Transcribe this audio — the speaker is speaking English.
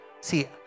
See